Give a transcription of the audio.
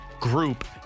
group